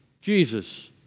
Jesus